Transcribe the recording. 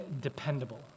dependable